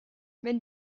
wenn